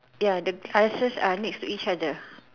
ya the glasses are next to each other